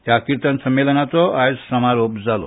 ह्या किर्तन संमेलनाचो आयज समारोप जालो